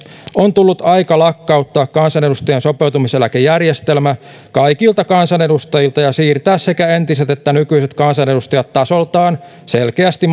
on tullut aika lakkauttaa kansanedustajien sopeutumiseläkejärjestelmä kaikilta kansanedustajilta ja siirtää sekä entiset että nykyiset kansanedustajat tasoltaan selkeästi